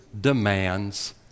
demands